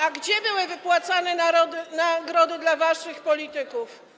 A gdzie były wypłacane nagrody dla waszych polityków?